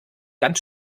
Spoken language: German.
ganz